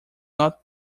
not